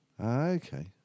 Okay